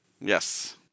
yes